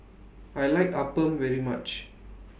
I like Appam very much